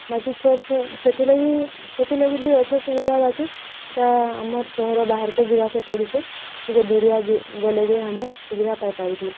ବାକି ଛୋଟ ଛୋଟ ସେଥିଲାଗି ସେଥିଲାଗି ବି ଅଛି ସୁବିଧା ବାକି ସେଟା ଆମର୍ ସହର ବାହାର୍କେ ଯିବାକେ ପଡ଼ୁଛେ ଟିକେ ଦୁରିଆ ଗଲେ ଯାଇ ଆମେ ସୁବିଧା ପାଇପାରୁଛୁ